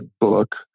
book